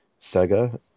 Sega